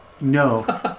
no